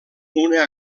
una